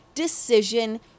Decision